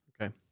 Okay